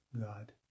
God